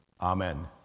Amen